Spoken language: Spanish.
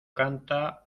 canta